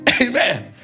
Amen